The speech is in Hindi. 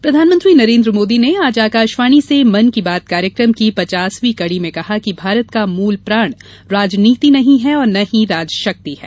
मन की बात प्रधानमंत्री नरेंद्र मोदी ने आज आकाशवाणी से मन की बात कार्यक्रम की पचासवीं कडी में कहा कि भारत का मूल प्राण राजनीति नही हैं और न ही राजशक्ति है